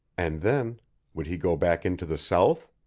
and then would he go back into the south?